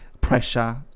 pressure